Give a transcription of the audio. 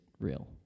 real